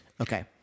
Okay